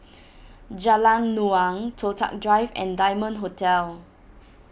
Jalan Naung Toh Tuck Drive and Diamond Hotel